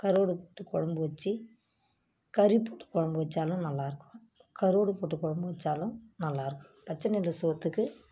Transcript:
கருவாடு போட்டு குழம்பு வெச்சு கறி போட்டு குழம்பு வெச்சாலும் நல்லாயிருக்கும் கருவாடு போட்டு குழம்பு வச்சாலும் நல்லாயிருக்கும் பச்சை நெல்லு சோற்றுக்கு